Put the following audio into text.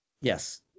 yes